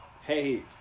Hey